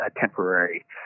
temporary